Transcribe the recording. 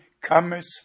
cometh